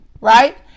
Right